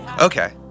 Okay